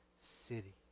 city